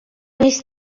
doedd